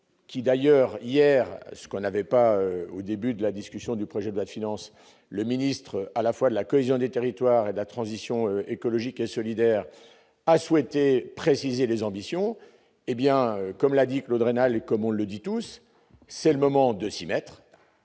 qui d'ailleurs hier, ce qu'on avait pas au début de la discussion du projet de loi de finance le ministre à la fois de la cohésion des territoires et de la transition écologique et solidaire, a souhaité préciser les ambitions, hé bien, comme l'a dit Claude rénal et comme on le dit tous, c'est le moment de 6 mètres